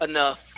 Enough